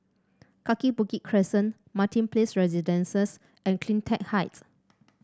Kaki Bukit Crescent Martin Place Residences and CleanTech Height